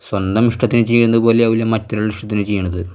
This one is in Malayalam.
സ്വന്തം ഇഷ്ടത്തിന് ചെയ്യുന്ന പോലെയാവില്ല മറ്റൊരാളുടെ ഇഷ്ടത്തിന് ചെയ്യണത്